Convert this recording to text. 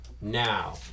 now